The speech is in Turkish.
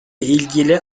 ilgili